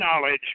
knowledge